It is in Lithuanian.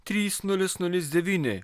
trys nulis nulis devyni